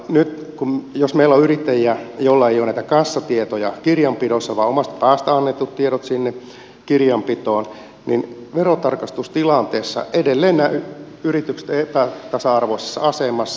nyt jos meillä on yrittäjiä joilla ei ole näitä kassatietoja kirjanpidossa vaan omasta päästä on annettu tiedot sinne kirjanpitoon niin verotarkastustilanteessa edelleen nämä yritykset ovat epätasa arvoisessa asemassa